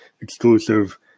exclusive